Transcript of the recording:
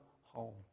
home